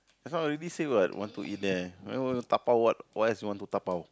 I thought I already say what want to eat there why would dabao what what else you want to dabao